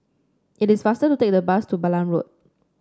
it is faster to take the bus to Balam Road